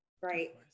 right